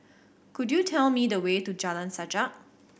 could you tell me the way to Jalan Sajak